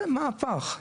זה מהפך.